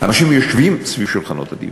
אנשים יושבים סביב שולחנות הדיונים.